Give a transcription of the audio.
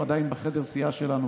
הוא עדיין בחדר סיעה שלנו,